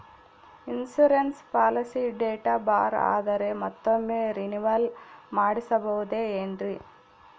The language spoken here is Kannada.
ಇನ್ಸೂರೆನ್ಸ್ ಪಾಲಿಸಿ ಡೇಟ್ ಬಾರ್ ಆದರೆ ಮತ್ತೊಮ್ಮೆ ರಿನಿವಲ್ ಮಾಡಿಸಬಹುದೇ ಏನ್ರಿ?